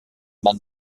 man